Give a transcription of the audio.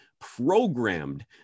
programmed